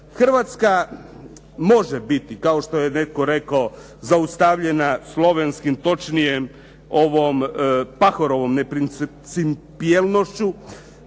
Hrvatska može biti, kao što je netko rekao, zaustavljena slovenskim, točnije ovom Pahorovom neprincipijelnošću,